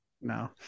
No